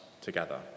together